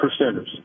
percenters